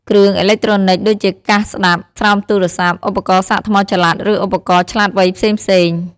គ្រឿងអេឡិចត្រូនិចដូចជាកាសស្ដាប់ ស្រោមទូរស័ព្ទ ឧបករណ៍សាកថ្មចល័ត ឬឧបករណ៍ឆ្លាតវៃផ្សេងៗ។